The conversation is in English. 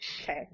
Okay